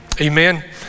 Amen